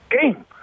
game